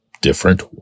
different